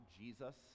Jesus